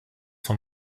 vom